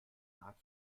magier